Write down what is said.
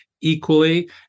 equally